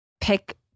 pick